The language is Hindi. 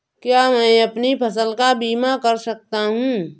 क्या मैं अपनी फसल का बीमा कर सकता हूँ?